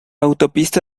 autopista